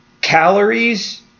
calories